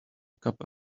cup